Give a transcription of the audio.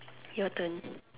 your turn